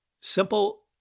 Simple